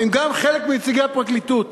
הם גם חלק מנציגי הפרקליטות